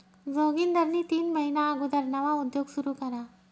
जोगिंदरनी तीन महिना अगुदर नवा उद्योग सुरू करा